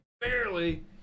Barely